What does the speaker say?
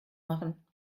machen